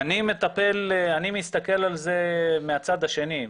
אני מסתכל על זה מהצד השני,